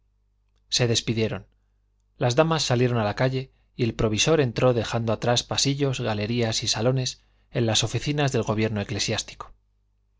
se despidieron las damas salieron a la calle y el provisor entró dejando atrás pasillos galerías y salones en las oficinas del gobierno eclesiástico